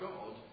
God